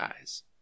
eyes